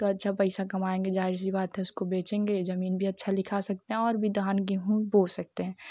तो अच्छा पैसा कमाएँगे ज़ाहिर सी बात है उसको बेचेंगे ज़मीन भी अच्छा लिखा सकते हैं और भी धान गेहूँ बो सकते हैं